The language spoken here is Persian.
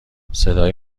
صدای